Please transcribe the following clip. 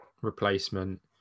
replacement